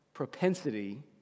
Propensity